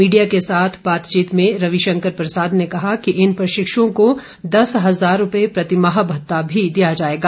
media के साथ बातचीत में रविशंकर प्रसाद ने कहा कि इन प्रशिक्षुओं को दस हजार रूपये प्रतिमाह भत्ता भी दिया जाएगा